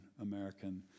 American